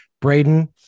Braden